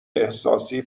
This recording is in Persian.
احساسی